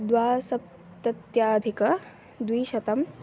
द्विसप्तत्यधिकद्विशतम्